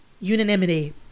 unanimity